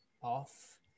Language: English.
off